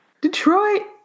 Detroit